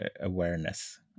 awareness